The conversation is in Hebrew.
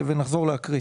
אחרי כן נחזור להקריא.